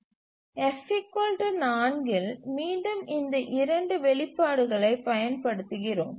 F 4 இல் மீண்டும் இந்த 2 வெளிப்பாடுகளைப் பயன்படுத்துகிறோம்